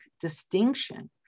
distinction